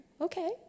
okay